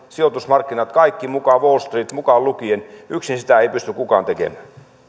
sijoitusmarkkinat kaikki mukaan wall street mukaan lukien yksin sitä ei pysty kukaan tekemään